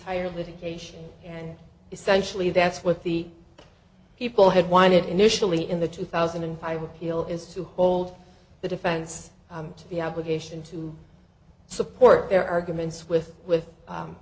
entire litigation and essentially that's what the people had won it initially in the two thousand and five appeal is to hold the defense to be obligation to support their arguments with with